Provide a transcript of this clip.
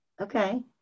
Okay